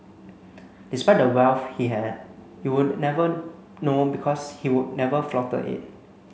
despite the wealth he had you would never know because he would never flaunted it